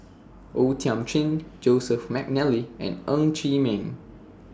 O Thiam Chin Joseph Mcnally and Ng Chee Meng